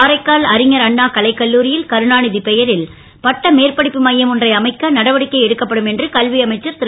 காரைக்கால் அறிஞர் அண்ணா கலைக்கல்லூரி ல் கருணா பெயரில் பட்ட மேற்படிப்பு மையம் ஒன்றை அமைக்க நடவடிக்கை எடுக்கப்படும் என்று கல்வி அமைச்சர் ரு